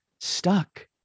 stuck